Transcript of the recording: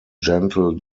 gentle